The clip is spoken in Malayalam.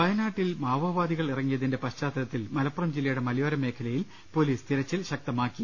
വയനാട്ടിൽ മാവോവാദികൾ ഇറങ്ങിയതിന്റെ പശ്ചാത്തലത്തിൽ മല പ്പുറം ജില്ലയുടെ മലയോരമേഖലയിൽ പൊലീസ് തിരച്ചിൽ ശക്തമാക്കി